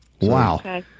wow